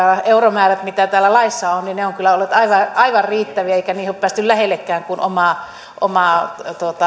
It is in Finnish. euromäärät mitä täällä laissa on ovat kyllä olleet aivan aivan riittäviä eikä niitä ole päästy lähellekään kun omaa omaa